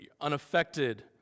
unaffected